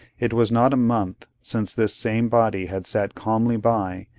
it was not a month, since this same body had sat calmly by,